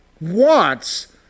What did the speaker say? wants